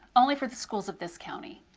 only for the schools of this county.